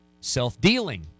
self-dealing